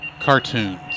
Cartoons